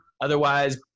Otherwise